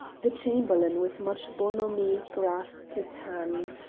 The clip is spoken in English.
the chamberlain with much bonhomie grasped his hand.